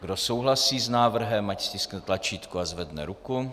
Kdo souhlasí s návrhem, ať stiskne tlačítko a zvedne ruku.